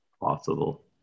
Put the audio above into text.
possible